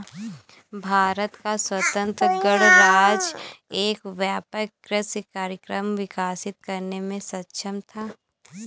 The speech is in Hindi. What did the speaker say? भारत का स्वतंत्र गणराज्य एक व्यापक कृषि कार्यक्रम विकसित करने में सक्षम था